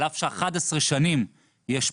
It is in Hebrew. על אף ש-11 שנים יש פער,